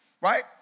right